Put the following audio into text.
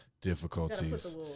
difficulties